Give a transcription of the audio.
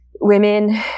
women